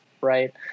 right